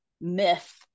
myth